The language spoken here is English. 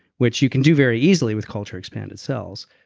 which you can do very easily with culture expanded cells.